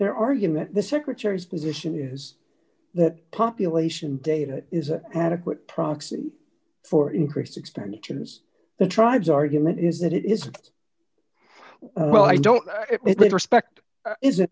their argument the secretary's position is that population data is an adequate proxy for increased expenditures the tribes argument is that it is well i don't respect is it